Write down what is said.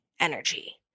energy